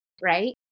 right